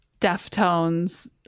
Deftones